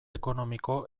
ekonomiko